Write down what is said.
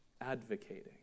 advocating